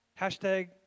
Hashtag